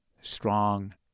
strong